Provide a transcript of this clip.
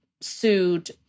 sued